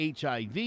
hiv